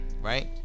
right